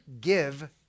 give